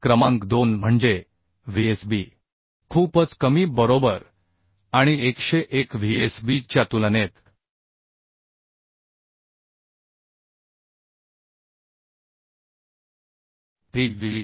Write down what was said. क्रमांक 2 म्हणजे VSB खूपच कमी बरोबर आणि 101VSB च्या तुलनेत Tb